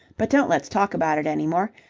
but don't let's talk about it any more.